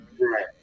Right